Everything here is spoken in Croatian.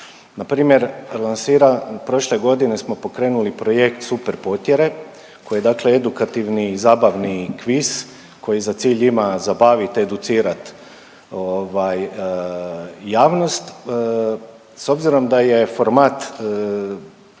Na primjer lansiran prošle smo pokrenuli projekt Super potjere koji je dakle edukativni i zabavni kviz koji za cilj ima zabavit, educirat ovaj javnost. S obzirom da je format